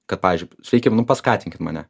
kad pavyzdžiui sakykim nu paskatinkit mane